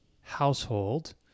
household